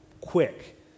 quick